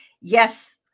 yes